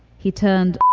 he turned